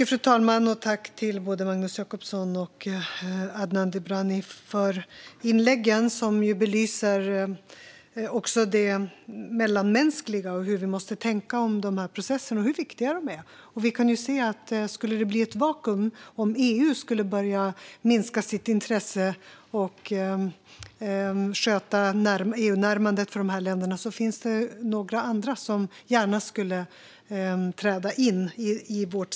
Fru talman! Tack, Magnus Jacobsson och Adnan Dibrani, för era inlägg! De belyser det mellanmänskliga och hur vi måste tänka om dessa processer - och hur viktiga de är. Vi kan se att om det skulle bli ett vakuum, om EU:s intresse av att sköta EU-närmandet för dessa länder skulle minska, finns det några andra som gärna skulle träda in i EU:s ställe.